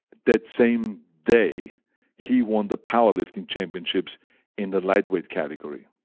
that same day he won the powerlifting championships in the lightweight category.